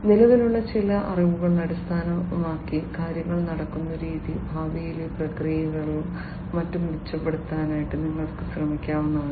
നിലവിലുള്ള ചില അറിവുകളെ അടിസ്ഥാനമാക്കി കാര്യങ്ങൾ നടക്കുന്ന രീതി ഭാവിയിലെ പ്രക്രിയകളും മറ്റും മെച്ചപ്പെടുത്താൻ നിങ്ങൾക്ക് ശ്രമിക്കാവുന്നതാണ്